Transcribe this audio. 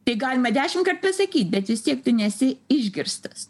tai galima dešimkart pasakyt bet vis tiek tu nesi išgirstas